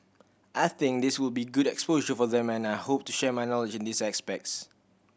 I think this will be good exposure for them and I hope to share my knowledge in these aspects